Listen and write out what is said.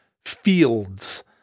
fields